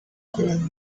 bakoranye